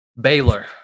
Baylor